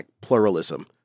pluralism